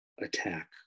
attack